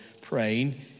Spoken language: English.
praying